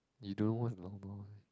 you don't know what is lao nua